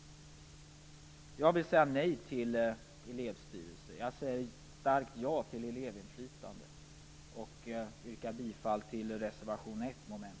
Jag vill säga nej till elevstyrelse. Jag säger starkt ja till elevinflytande och yrkar bifall till reservation 1